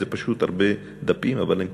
זה פשוט הרבה דפים, אבל אם תרצי,